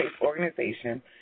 organization